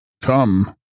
Come